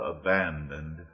abandoned